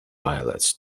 pilots